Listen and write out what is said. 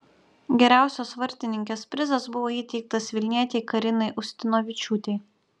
geriausios vartininkės prizas buvo įteiktas vilnietei karinai ustinovičiūtei